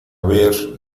ver